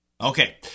Okay